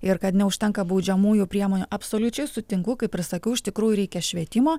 ir kad neužtenka baudžiamųjų priemonių absoliučiai sutinku kaip ir sakiau iš tikrųjų reikia švietimo